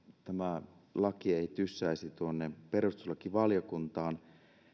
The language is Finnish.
tämä laki tyssäisi tuonne perustuslakivaliokuntaan